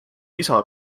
isa